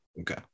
Okay